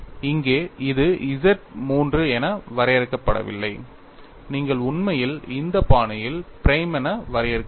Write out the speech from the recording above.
இங்கே இது Z III என வரையறுக்கப்படவில்லை நீங்கள் உண்மையில் இந்த பாணியில் பிரைம் என வரையறுக்கிறீர்கள்